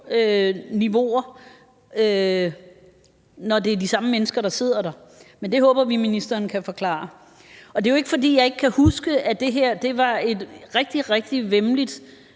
niveauer, når det er de samme mennesker, der sidder der. Men det håber vi ministeren kan forklare. Og det er ikke, fordi jeg ikke kan huske, at det her var et rigtig, rigtig væmmeligt